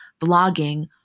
blogging